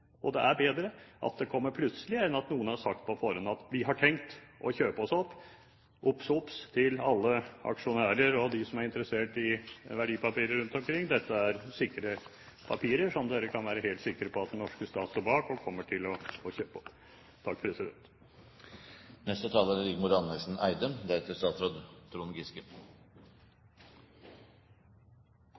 at det er bedre at disse innspillene som vi får fra departementet med hensyn til eierskap – og det endrer seg jo raskt i våre dager, SAS, Yara, Hydro har vært på banen – kommer plutselig enn at noen har sagt på forhånd at en har tenkt å kjøpe seg opp, obs obs til alle aksjonærer og de som er interessert i verdipapirer rundt omkring. Dette er sikre papirer som dere kan være helt sikre på den norske stat står